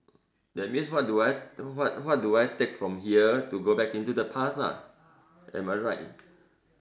that means what do I what do I take from here to go back into the past lah am I right